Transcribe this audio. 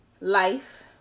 life